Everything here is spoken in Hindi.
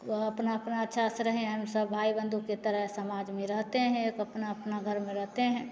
वह अपना अपना अच्छा से रहें हम सब भाई बंधु की तरह समाज में रहते हैं एक अपना अपना घर में रहते हैं